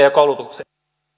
ja koulutuksen